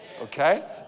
Okay